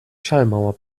schallmauer